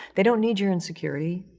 they don't need your insecurity.